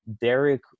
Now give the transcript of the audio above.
Derek